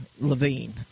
Levine